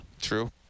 True